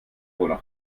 wohl